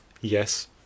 Yes